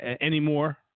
Anymore